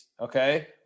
okay